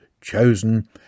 chosen